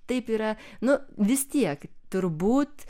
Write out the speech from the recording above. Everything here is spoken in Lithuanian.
taip yra nu vis tiek turbūt